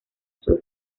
sur